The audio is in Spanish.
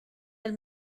del